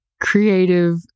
creative